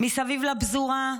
מסביב לפזורה,